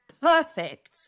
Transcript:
Perfect